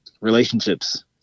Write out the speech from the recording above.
relationships